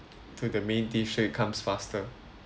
to the main dish so it comes faster